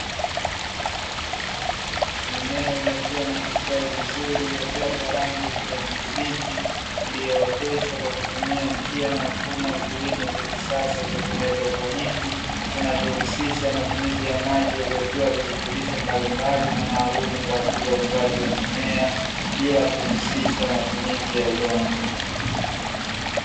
Mimea iliyokuwa na kustawi vizuri uliopewa kwa rangi ya kijani kibichi iliyooteshwa kwa kutumia njia na mfumo wa kilimo cha kisasa cha "kihydroponic" kinachohusisha matumizi ya maji yaliyotiwa virutubisho mbalimbali na maalumu kwa ajili ya ukuaji wa mimea bila kuhusisha matumizi ya udongo.